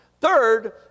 Third